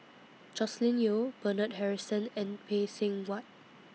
Joscelin Yeo Bernard Harrison and Phay Seng Whatt